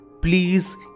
please